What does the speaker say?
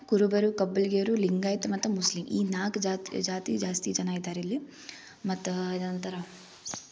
ಕುರುಬರು ಕಬ್ಬುಲ್ಗಿಯರು ಲಿಂಗಾಯಿತ ಮತ್ತು ಮುಸ್ಲಿಮ್ ಈ ನಾಲ್ಕು ಜಾತಿ ಜಾತಿ ಜಾಸ್ತಿ ಜನ ಇದ್ದಾರೆ ಇಲ್ಲಿ ಮತ್ತು ಏನಂತಾರ